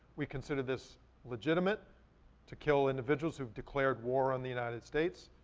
we consider this legitimate to kill individuals who've declared war on the united states.